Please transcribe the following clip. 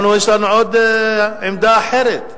יש לנו עוד עמדה אחרת.